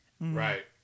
Right